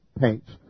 paints